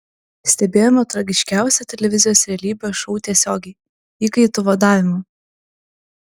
stebėjome tragiškiausią televizijos realybės šou tiesiogiai įkaitų vadavimą